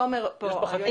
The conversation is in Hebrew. תומר פה.